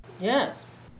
yes